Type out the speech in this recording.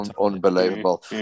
unbelievable